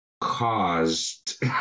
caused